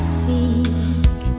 seek